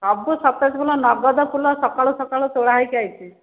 ସବୁ ସତେଜ ଫୁଲ ନଗଦ ଫୁଲ ସକାଳୁ ସକାଳୁ ତୋଳା ହୋଇକି ଆସିଛି